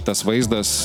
tas vaizdas